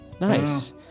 Nice